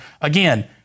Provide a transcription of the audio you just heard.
Again